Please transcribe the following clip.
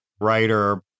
writer